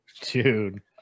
Dude